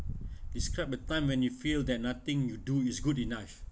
describe a time when you feel that nothing you do is good enough